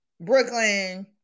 Brooklyn